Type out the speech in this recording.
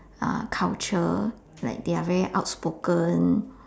uh culture like they are very outspoken